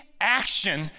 action